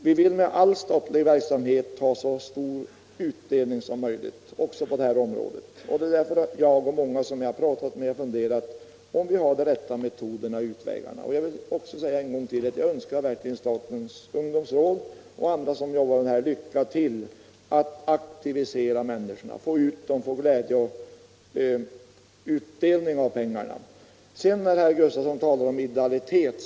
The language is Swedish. Vi vill vid all statlig verksamhet ha så stor utdelning som möjligt, så också på det här området. Det är därför som jag och många som jag har pratat med har funderat över om vi har utvecklat de rätta metoderna. Jag önskar verkligen statens ungdomsråd och andra som jobbar med detta lycka till med att aktivisera människorna så att de får glädje och utdelning av pengarna. Herr Gustavsson talade om idealitet.